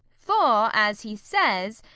for, as he says,